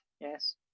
yes